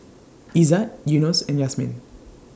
Izzat Yunos and Yasmin